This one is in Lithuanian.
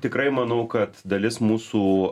tikrai manau kad dalis mūsų